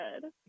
good